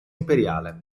imperiale